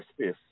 space